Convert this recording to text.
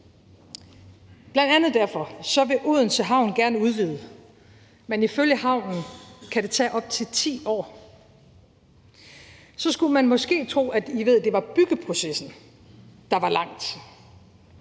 Bl.a. derfor vil Odense Havn gerne udvide, men ifølge havnen kan det tage op til 10 år. Så skulle man måske tro, at det var byggeprocessen, der var lang.